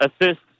assist